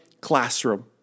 classroom